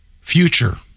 future